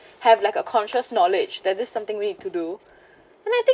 have like a conscious knowledge that this something we need to do and I think